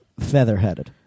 featherheaded